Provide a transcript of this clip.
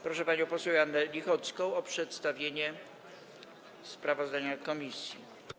Proszę panią poseł Joannę Lichocką o przedstawienie sprawozdania komisji.